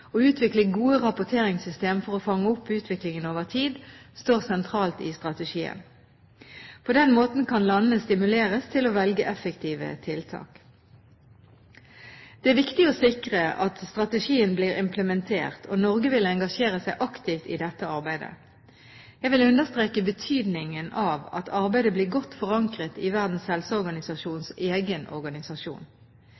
Å utvikle gode rapporteringssystemer for å fange opp utviklingen over tid står sentralt i strategien. På den måten kan landene stimuleres til å velge effektive tiltak. Det er viktig å sikre at strategien blir implementert, og Norge vil engasjere seg aktivt i dette arbeidet. Jeg vil understreke betydningen av at arbeidet blir godt forankret i Verdens